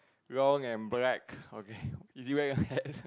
long and black okay is he wearing a hat